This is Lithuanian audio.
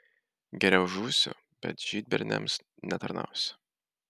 geriau žūsiu bet žydberniams netarnausiu